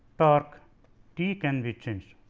torque t can be changed